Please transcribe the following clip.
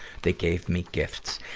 they gave me gifts.